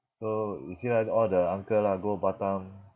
so you see lah all the uncle lah go Batam